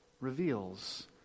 reveals